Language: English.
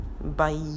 bye